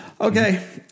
Okay